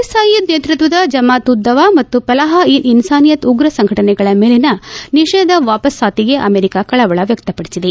ಜ್ ಸಯೀದ್ ನೇತೃತ್ವದ ಜಮಾತ್ ಉದ್ ದವಾ ಮತ್ತು ಫಲಾಹ್ ಇ ಇನ್ಲಾನಿಯತ್ ಉಗ್ರ ಸಂಘಟನೆಗಳ ಮೇಲಿನ ನಿಷೇಧ ವಾಪಸಾತಿಗೆ ಅಮೆರಿಕ ಕಳವಳ ವ್ಯಕ್ತಪಡಿಸಿದೆ